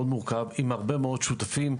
עם הרבה מאוד שותפים,